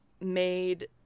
made